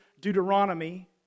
Deuteronomy